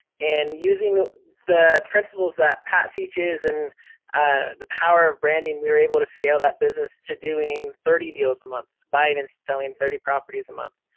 and using the principles that pat teaches and ah the power of branding, we were able to scale that business to doing thirty deals a month, buying and selling thirty properties a month.